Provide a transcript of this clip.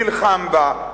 נלחם בה,